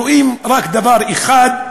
רואים רק דבר אחד,